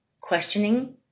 questioning